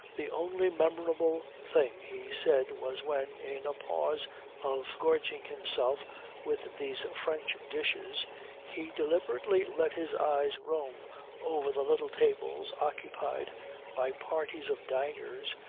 the only memorable thing he said was when, in a pause of gorging himself with these french dishes he deliberately let his eyes roam over the little tables occupied by parties of diners,